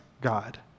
god